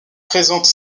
présente